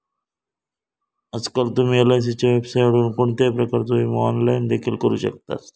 आजकाल तुम्ही एलआयसीच्या वेबसाइटवरून कोणत्याही प्रकारचो विमो ऑनलाइन देखील करू शकतास